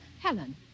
Helen